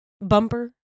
Bumper